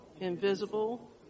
Invisible